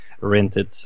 rented